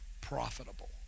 profitable